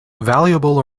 valuable